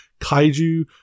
kaiju